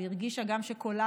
אנחנו רוצים קצת את השקט הזה,